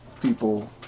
people